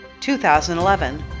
2011